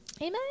Amen